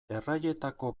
erraietako